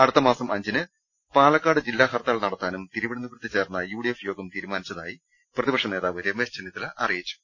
അടുത്ത മാസം അഞ്ചിന് പാലക്കാട് ജില്ലാ ഹർത്താൽ നടത്താനും തിരുവനന്തപു രത്ത് ചേർന്ന യു ഡി എഫ് യോഗം തീരുമാനിച്ചതായി പ്രതിപക്ഷനേതാവ് രമേശ് ചെന്നിത്തല അറിയിച്ചു